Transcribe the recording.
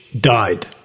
died